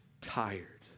tired